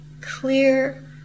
clear